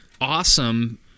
awesome